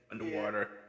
underwater